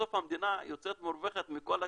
בסוף המדינה יוצאת מורווחת מכל הכיוונים,